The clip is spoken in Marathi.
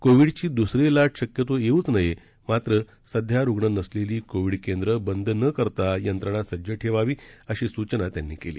कोविडची दुसरी लाट शक्यतो येवूच नये मात्र सध्या रुग्ण नसलेली कोविड केंद्रं बंद न करता यंत्रणा सज्ज ठेवीली अशी सूचना त्यांनी केली